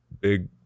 big